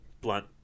blunt